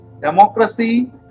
democracy